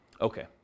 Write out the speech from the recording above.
Okay